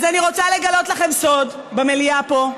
אז אני רוצה לגלות לכם סוד במליאה פה: